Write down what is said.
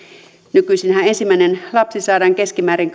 nykyisinhän ensimmäinen lapsi saadaan keskimäärin